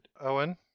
Owen